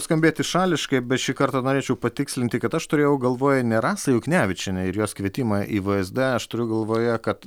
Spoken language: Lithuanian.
skambėti šališkai bet šį kartą norėčiau patikslinti kad aš turėjau galvoj ne rasą juknevičienę ir jos kvietimą į vzd aš turiu galvoje kad